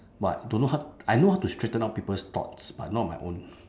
but don't know how I know how to straighten out people's thoughts but not my own